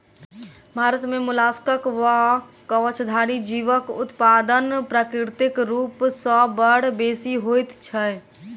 भारत मे मोलास्कक वा कवचधारी जीवक उत्पादन प्राकृतिक रूप सॅ बड़ बेसि होइत छै